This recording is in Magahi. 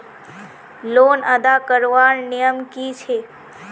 लोन अदा करवार नियम की छे?